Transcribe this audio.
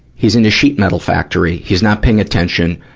he's in a sheet metal factory. he's not paying attention.